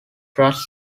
thrust